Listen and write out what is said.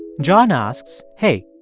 john asks, hey.